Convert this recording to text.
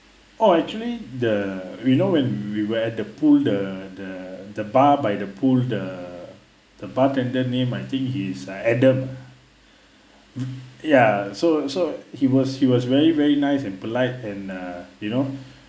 orh actually the we know when we where the pool the the the bar by the pool the the bartender name I think is uh adam ya so so he was he was very very nice and polite and uh you know